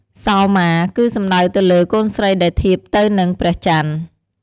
សោមា គឺសំដៅទៅលើ កូនស្រីដែលធៀបដូចទៅនឹងព្រះច័ន្ទ។